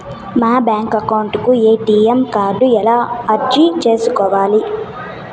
మా bank account కు ATM card ఎలా అర్జీ సేసుకోవాలి?